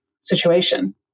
situation